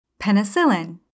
Penicillin